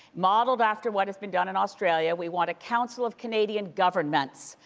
modelled after what has been done in australia, we want a council of canadian governments.